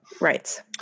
right